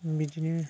बिदिनो